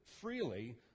freely